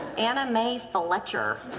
anna mae fletcher.